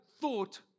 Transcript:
thought